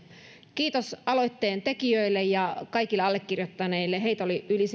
kiitos aloitteen tekijöille ja kaikille allekirjoittaneille heitä oli yli